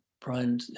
Brian